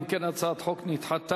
אם כן, הצעת החוק נדחתה.